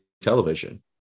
television